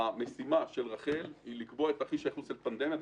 המשימה של רח"ל היא לקבוע את תרחיש הייחוס של פנדמיה.